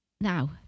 Now